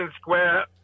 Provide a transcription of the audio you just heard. Square